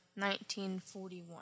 1941